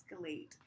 escalate